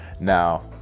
Now